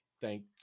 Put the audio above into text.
Thank